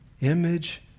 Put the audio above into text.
Image